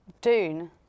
Dune